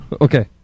okay